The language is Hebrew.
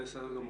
בסדר גמור.